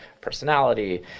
personality